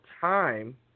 time